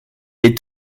est